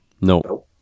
No